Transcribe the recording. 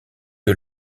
que